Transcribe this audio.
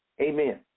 Amen